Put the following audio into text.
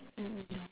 mm mm mm